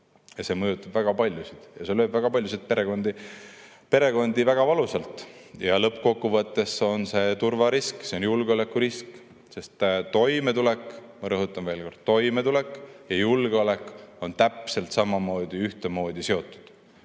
See mõjutab väga paljusid ja lööb väga paljusid perekondi väga valusalt. Lõppkokkuvõttes on see turvarisk, see on julgeolekurisk, sest toimetulek, ma rõhutan veel kord, toimetulek ja julgeolek on [omavahel tihedalt] seotud.